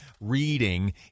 reading